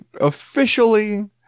officially